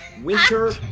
Winter